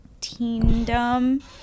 teendom